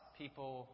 people